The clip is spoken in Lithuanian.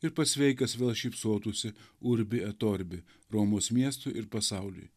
ir pasveikęs vėl šypsotųsi urbi et orbi romos miestui ir pasauliui